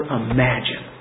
imagine